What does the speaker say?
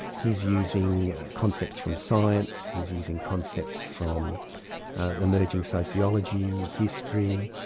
he's using concepts from science, he's using concepts from emerging sociology, history,